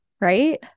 right